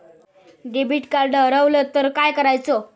Debit card हरवल तर काय करायच?